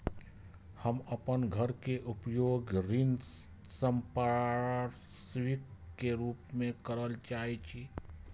हम अपन घर के उपयोग ऋण संपार्श्विक के रूप में करल चाहि छी